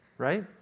right